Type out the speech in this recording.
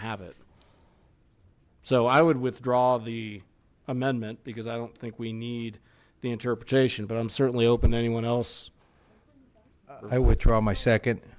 have it so i would withdraw the amendment because i don't think we need the interpretation but i'm certainly open to anyone else i would draw my second